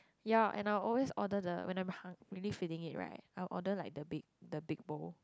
ya and I always order the when I'm hun~ really feeling it right I will order like the big the big bowl